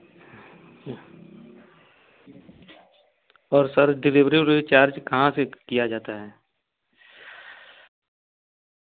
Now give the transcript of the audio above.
पर sir delivery उलेवेरी charge कहाँ से किया जाता है